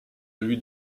lui